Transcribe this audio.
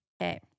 Okay